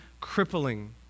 crippling